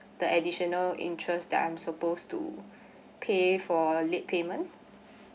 the additional interest that I'm supposed to pay for the late payment